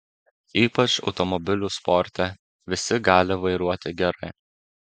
ypač automobilių sporte visi gali vairuoti gerai